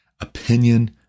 Opinion